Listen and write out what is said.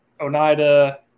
Oneida